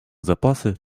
запасы